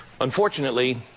Unfortunately